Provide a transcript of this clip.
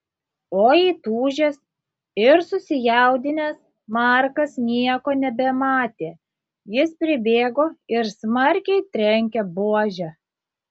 o įtūžęs ir susijaudinęs markas nieko nebematė jis pribėgo ir smarkiai trenkė buože